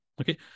Okay